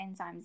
enzymes